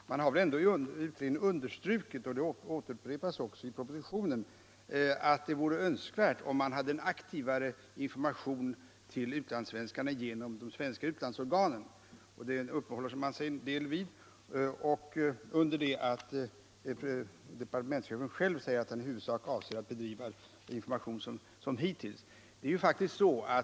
Utredningen har ändå understrukit, och det upprepas också i propositionen, att det vore önskvärt med en aktivare information till utlandssvenskarna genom de svenska utlandsorganen. Detta uppehåller sig utredningen en del vid under det att departementschefen själv säger att han i huvudsak avser att bedriva informationen som hittills.